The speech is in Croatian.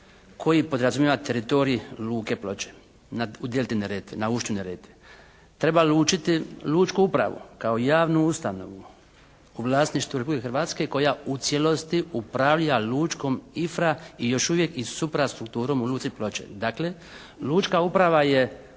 koji podrazumijeva teritorij luke Ploče u delti Neretve, na ušću Neretve. Treba lučiti lučku upravu kao javnu ustanovu u vlasništvu Republike Hrvatske koja u cijelosti upravlja lučkom infra i još uvijek i suprastrukturom u luci Ploče. Dakle, lučka uprava je